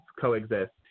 coexist